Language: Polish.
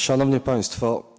Szanowni Państwo!